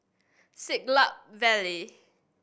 Siglap Valley